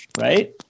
Right